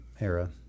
era